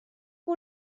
que